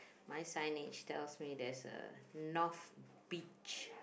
my signage tells me there's a north beach